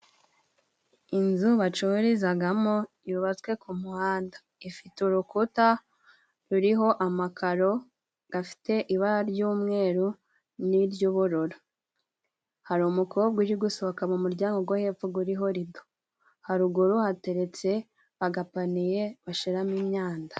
Inzu bacururizagamo yubatswe ku muhanda. Ifite urukuta ruriho amakaro gafite ibara ry'umweru n'iry'ububururu. Hari umukobwa uri gusohoka mu muryango gwo hepfo guriho rido. Haruguru hateretse agapaniye bashiramo imyanda.